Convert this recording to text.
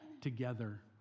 together